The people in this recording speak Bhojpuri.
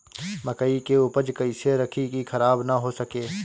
मकई के उपज कइसे रखी की खराब न हो सके?